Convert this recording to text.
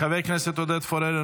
חבר הכנסת עודד פורר,